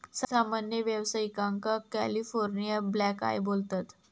सामान्य व्यावसायिकांका California black eye बोलतत